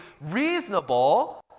reasonable